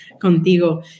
contigo